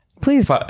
Please